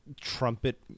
trumpet